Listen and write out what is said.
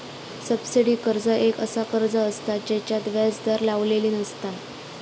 subsidy कर्ज एक असा कर्ज असता जेच्यात व्याज दर लावलेली नसता